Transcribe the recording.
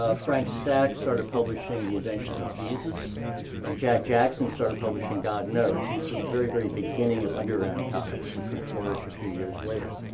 ah frank stack started publishing the adventures of jesus and jack jackson started publishing god nose. these were the very, very beginning of underground comics, which would flourish a few years later.